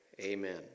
amen